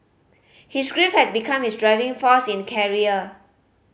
his grief had become his driving force in the career